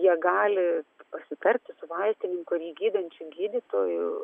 jie gali pasitarti su vaistininku ar jį gydančiu gydytoju